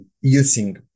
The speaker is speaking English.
Using